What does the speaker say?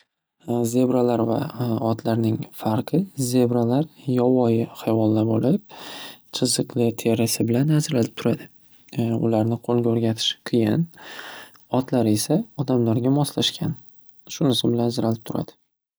Zebralar va otlarning farqi zebralar yovvoyi hayvonlar bo‘lib chiziqli terisi bilan ajralib turadi ularni qo‘lga o‘rgatish qiyin. Otlar esa odamlarga moslashgan shunisi bilan ajralib turadi.